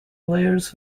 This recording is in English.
layers